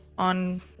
on